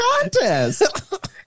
contest